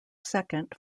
second